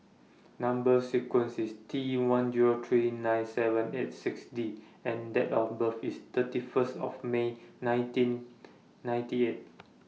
Number sequence IS T one Zero three nine seven eight six D and Date of birth IS thirty First of May nineteen ninety eight